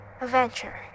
adventure